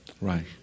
Right